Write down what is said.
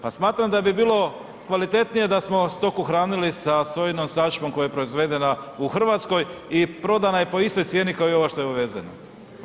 Pa smatram da bi bilo kvalitetnije da smo stoku hranili sa sojinom sačmom koja je proizvedena u Hrvatskoj i prodana je po istoj cijeni kao i ova što je uvezena.